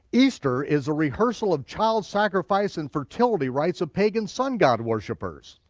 easter is a rehearsal of child sacrifice and fertility rites of pagan sun-god worshipers.